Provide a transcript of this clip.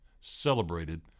celebrated